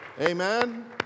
Amen